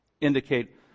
indicate